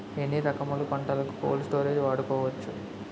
ఎన్ని రకములు పంటలకు కోల్డ్ స్టోరేజ్ వాడుకోవచ్చు?